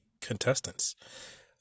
contestants